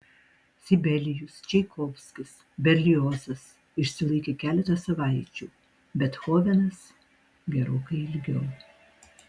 sibelijus čaikovskis berliozas išsilaikė keletą savaičių bethovenas gerokai ilgiau